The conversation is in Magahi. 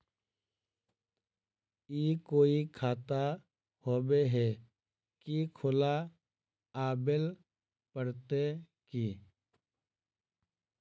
ई कोई खाता होबे है की खुला आबेल पड़ते की?